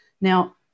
Now